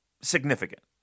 significant